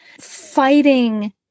fighting